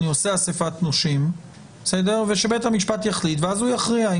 אני עושה אסיפת נושים ושבית המשפט יחליט ואז הוא יכריע.